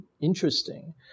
interesting